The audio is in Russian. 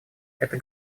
это